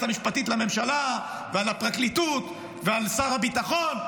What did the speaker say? המשפטית לממשלה ועל הפרקליטות ועל שר הביטחון.